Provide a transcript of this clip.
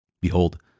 Behold